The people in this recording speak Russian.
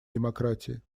демократии